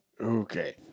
Okay